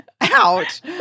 Ouch